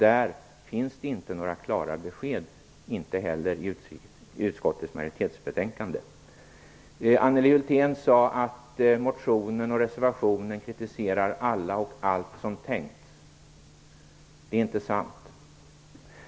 Där finns det inte några klara besked, inte heller i utskottets majoritets betänkande. Anneli Hulthén sade att motionen och reservationen kritiserar alla och allt som tänkts. Det är inte sant.